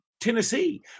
Tennessee